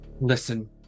Listen